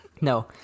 No